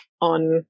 on